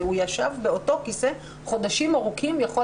הוא ישב באותו כיסא חודשים ארוכים ויכול